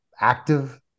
active